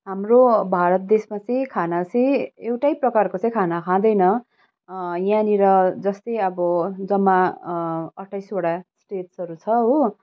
हाम्रो भारत देशमा चाहिँ खाना चाहिँ एउटै प्रकारको चाहिँ खाना खाँदैन यहाँनिर जस्तै अब जम्मा अट्ठाइसवटा स्टेट्सहरू छ हो